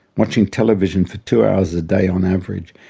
watching television for two hours a day on average,